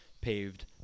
paved